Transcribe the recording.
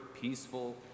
peaceful